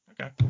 Okay